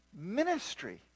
ministry